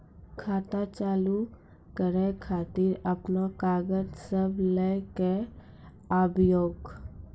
खाता चालू करै खातिर आपन कागज सब लै कऽ आबयोक?